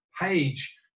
page